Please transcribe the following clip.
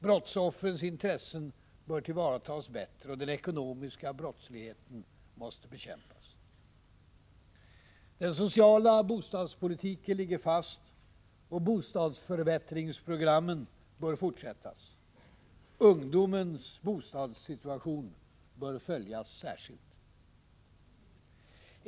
Brottsoffrens intressen bör tillvaratas bättre, och den ekonomiska brottsligheten måste bekämpas. Den sociala bostadspolitiken ligger fast och bostadsförbättringsprogrammen bör fortsättas. Ungdomens bostadssituation bör följas särskilt.